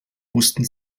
wussten